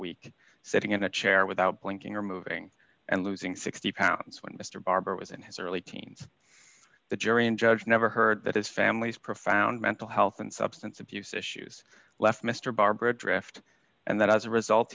week sitting in a chair without blinking or moving and losing sixty pounds when mr barber was in his early teens the jury and judge never heard that his family's profound mental health and substance abuse issues left mr barber a draft and then as a result